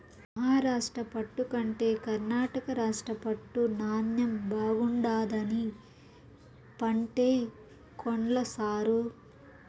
మహారాష్ట్ర పట్టు కంటే కర్ణాటక రాష్ట్ర పట్టు నాణ్ణెం బాగుండాదని పంటే కొన్ల సారూ